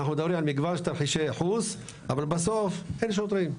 אנחנו מדברים על מגוון של תרחישי ייחוס אבל בסוף אין שוטרים.